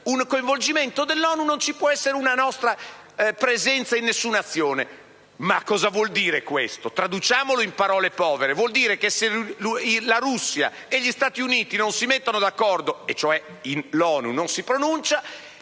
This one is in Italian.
un coinvolgimento dell'ONU, non ci può essere una nostra presenza in alcuna azione. Ma cosa vuol dire questo? Traduciamolo in parole povere: vuol dire che, se la Russia e gli Stati Uniti non si mettono d'accordo, e cioè l'ONU non si pronuncia,